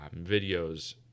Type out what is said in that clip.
videos